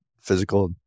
physical